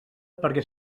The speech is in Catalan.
perquè